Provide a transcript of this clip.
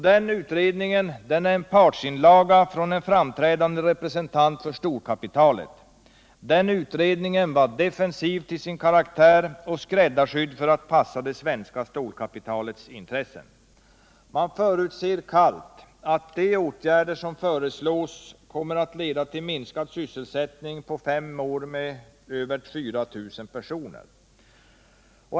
Den utredningen är en partsinlaga från en framträdande representant för storkapitalet. Den var defensiv till sin karaktär och skräddarsydd för att passa det svenska stålkapitalets intressen. Man förutser kallt att de åtgärder som föreslås kommer att leda till minskad sysselsättning med över 4 000 personer under fem år.